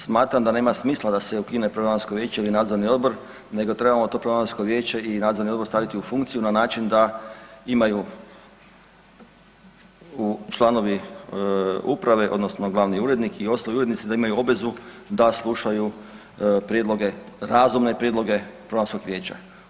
Smatram da nema smisla da se ukine Programsko vijeće i Nadzorni odbor, nego trebamo to Programsko vijeće i Nadzorni odbor staviti u funkciju na način da imaju članovi uprave, odnosno glavni urednik i ostali urednici da imaju obvezu da slušaju prijedloge, razumne prijedloge Programskog vijeća.